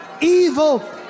evil